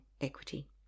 equity